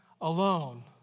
alone